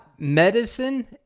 Medicine